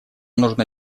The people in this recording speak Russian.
нужно